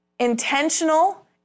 intentional